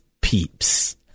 peeps